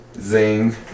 Zing